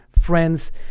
friends